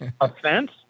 offense